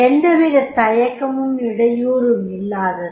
எந்தவிதத் தயக்கமும் இடையூரும் இல்லாதது